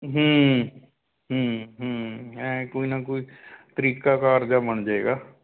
ਐਂ ਕੋਈ ਨਾ ਕੋਈ ਤਰੀਕਾਕਾਰ ਜਿਹਾ ਬਣ ਜਾਵੇਗਾ